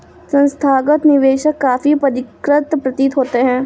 संस्थागत निवेशक काफी परिष्कृत प्रतीत होते हैं